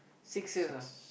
six years ah